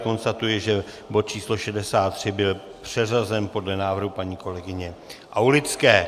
Konstatuji, že bod číslo 63 byl přeřazen podle návrhu paní kolegyně Aulické.